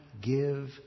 give